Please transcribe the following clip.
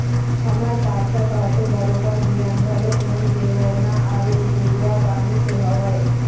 हमर पार्षद ह तो बरोबर धियान घलोक नइ देवय ना आरुग जोजवा बानी तो हवय